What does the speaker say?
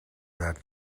that